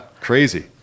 crazy